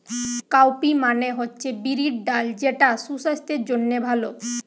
cowpea মানে হচ্ছে বিরির ডাল যেটা সুসাস্থের জন্যে ভালো